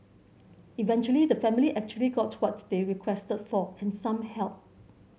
eventually the family actually got what they requested for and some help